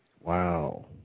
Wow